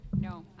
No